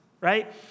right